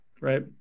Right